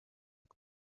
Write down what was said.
egg